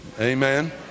amen